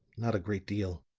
not a great deal.